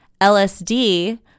LSD